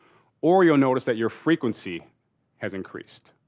or you'll notice that your frequency has increased.